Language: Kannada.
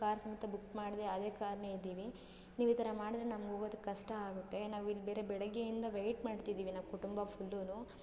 ಕಾರ್ ಸಮೇತ ಬುಕ್ ಮಾಡದೆ ಅದೇ ಕಾರ್ನೇ ಇದ್ದೀವಿ ನೀವು ಈ ಥರ ಮಾಡಿದ್ರೆ ನಮ್ಗೆ ಹೋಗೋದಕ್ಕೆ ಕಷ್ಟ ಆಗುತ್ತೆ ನಾವು ಇಲ್ಲಿ ಬೇರೆ ಬೆಳಿಗ್ಗೆಯಿಂದ ವೇಯ್ಟ್ ಮಾಡ್ತಿದ್ದೀವಿ ನಾವು ಕುಟುಂಬ ಫುಲ್ಲು